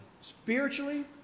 spiritually